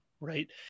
right